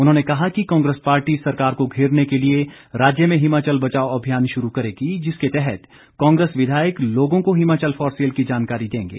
उन्होंने कहा कि कांग्रेस पार्टी सरकार को घेरने के लिए राज्य में हिमाचल बचाओ अभियान शुरू करेगी जिसके तहत कांग्रेस विधायक लोगों को हिमाचल फॉर सेल की जानकारी देंगे